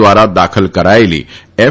દ્વારા દાખલ કરાયેલી એફ